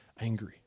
angry